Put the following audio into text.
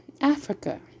Africa